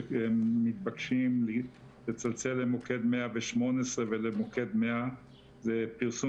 שכן מתבקשים לצלצל למוקד 118 ולמוקד 100. זה פרסום